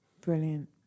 Brilliant